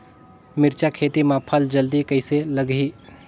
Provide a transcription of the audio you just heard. मिरचा खेती मां फल जल्दी कइसे लगही?